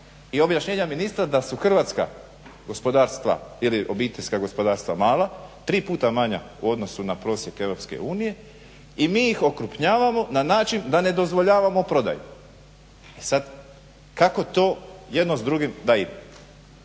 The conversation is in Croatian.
i objašnjenja ministra da su hrvatska gospodarstva ili obiteljska gospodarstva mala, tri puta manja u odnosu na prosjek EU i mi ih okrupnjavamo na način da ne dozvoljavamo prodaju. E sada kako to jedno s drugim da ide,